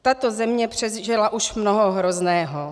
Tato země přežila už mnoho hrozného.